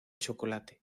chocolate